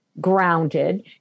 grounded